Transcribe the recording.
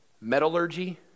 metallurgy